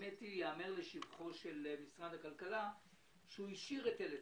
ייאמר לשבחו של משרד הכלכלה שהוא השאיר היטל היצף.